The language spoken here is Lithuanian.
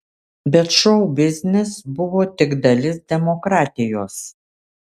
bet šou biznis buvo tik dalis demokratijos